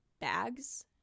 bags